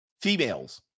Females